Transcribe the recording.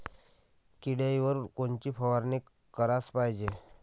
किड्याइवर कोनची फवारनी कराच पायजे?